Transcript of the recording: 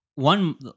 One